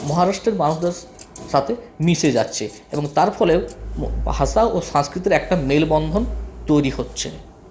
মহারাষ্ট্রের মানুষদের সাথে মিশে যাচ্ছে এবং তার ফলেও ভাষা ও সংস্কৃতির একটা মেলবন্ধন তৈরি হচ্ছে